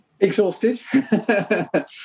Exhausted